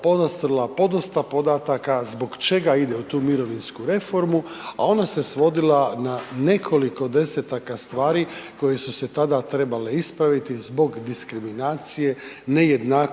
podastrla podosta podataka zbog čega ide u tu mirovinsku reformu a ona se svodila na nekoliko desetaka stvari koje su se tada trebale ispraviti zbog diskriminacije, nejednakosti,